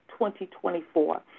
2024